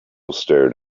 stared